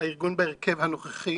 והארגון בהרכב הנוכחי